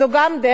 זו גם דרך,